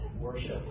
worship